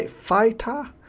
fighter